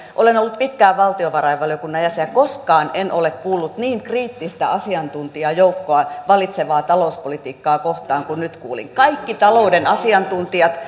olen ollut pitkään valtiovarainvaliokunnan jäsen koskaan en ole kuullut niin kriittistä asiantuntijajoukkoa vallitsevaa talouspolitiikkaa kohtaa kuin nyt kuulin kaikki talouden asiantuntijat